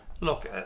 Look